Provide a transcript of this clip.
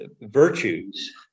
virtues